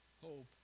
hope